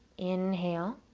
inhale,